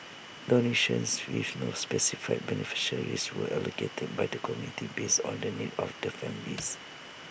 donations with no specified beneficiaries were allocated by the committee based on the needs of the families